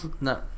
no